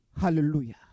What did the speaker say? Hallelujah